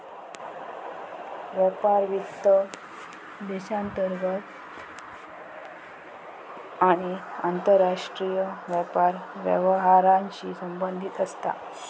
व्यापार वित्त देशांतर्गत आणि आंतरराष्ट्रीय व्यापार व्यवहारांशी संबंधित असता